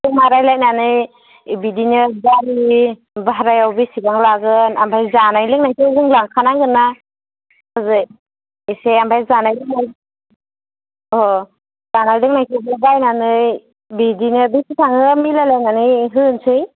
ज'मा रायलायनानै बिदिनो गारि भारायाव बेसेबां लागोन आमफाय जानाय लोंनायखौ जों लाखा नांगोनना एसे आमफाय जानाय लोंनाय अ जानाय लोंनायखौबो बायनानै बिदिनो बेसे थाङो मिलायलायनानै होसै